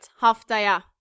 haftaya